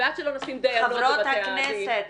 ועד שלא נשים דיינות בבתי הדין,